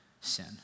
sin